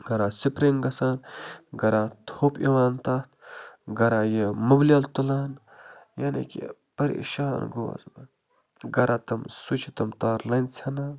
گَرا سِپرِنٛگ گ ژھان گَرا تھوٚپ یِوان تَتھ گَرا یہِ مُبلیل تُلان یعنی کہِ پریشان گوٚوُس بہٕ گَرا تِم سُچہِ تِم تارٕ لنٛجہِ ژھٮ۪نان